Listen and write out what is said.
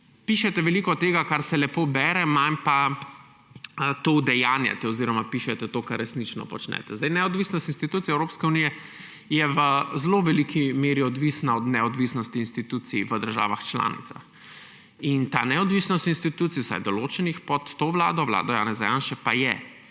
pišete veliko tega, kar se lepo bere, manj pa to udejanjate oziroma pišete to, kar resnično počnete. Neodvisnost institucij Evropske unije je v zelo veliki meri odvisna od neodvisnosti institucij v državah članicah. Ta neodvisnost institucij, vsaj določenih, pa je pod to vlado, vlado Janeza Janše, padla.